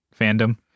fandom